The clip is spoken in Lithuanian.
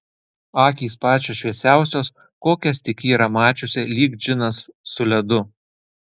akys pačios šviesiausios kokias tik ji yra mačiusi lyg džinas su ledu